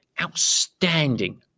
outstanding